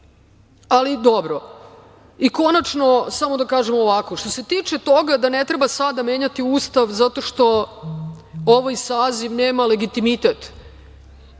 ali dobro. Konačno, samo da kažem i ovo. Što se tiče toga da ne treba sada menjati Ustav zato što ovaj saziv nema legitimitet,